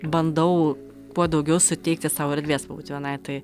bandau kuo daugiau suteikti sau erdvės pabūt vienai tai